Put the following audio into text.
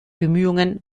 bemühungen